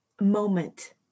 moment